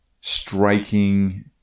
striking